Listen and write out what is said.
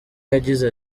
yagize